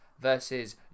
versus